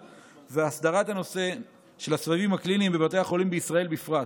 והסדרת הנושא של הסבבים הקליניים בבתי החולים בישראל בפרט,